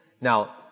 Now